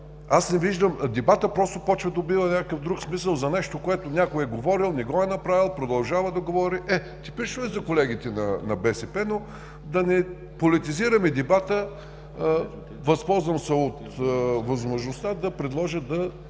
оценка. Дебатът започва да добива някакъв друг смисъл – за нещо, което някой е говорил, не го е направил, продължава да говори. Е, типично е за колегите от БСП, но да не политизираме дебата. Възползвам се от възможността да предложа,